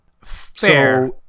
Fair